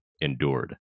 endured